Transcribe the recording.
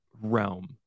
realm